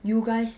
you guys